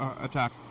attack